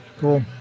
cool